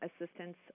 assistance